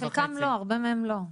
כן אבל חלקם לא, הרבה מהם לא.